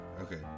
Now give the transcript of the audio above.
Okay